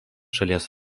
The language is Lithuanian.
šalies